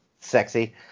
sexy